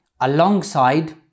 alongside